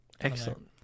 Excellent